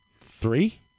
Three